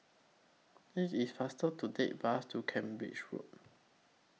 IS IT faster to Take Bus to Cambridge Road